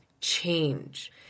change